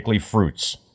fruits